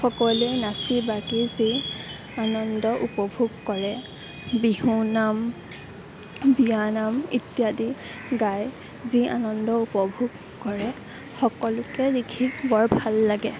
সকলোৱে নাচি বাগি যি আনন্দ উপভোগ কৰে বিহুনাম বিয়ানাম ইত্যাদি গাই যি আনন্দ উপভোগ কৰে সকলোকে দেখি বৰ ভাল লাগে